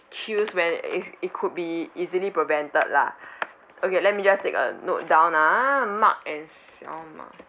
queues when is it could be easily prevented lah okay let me just take a note down ah mark and Xiaoma